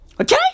Okay